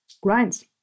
grinds